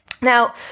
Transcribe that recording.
Now